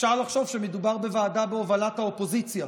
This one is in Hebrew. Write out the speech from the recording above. אפשר לחשוב שמדובר בוועדה בהובלת האופוזיציה,